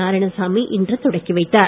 நாராயணசாமி இன்று தொடக்கி வைத்தார்